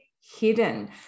hidden